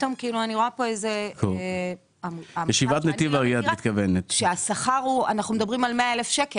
ופתאום אני רואה פה עמותה שבה השכר למנכ"ל